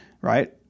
right